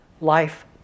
life